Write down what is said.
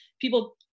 people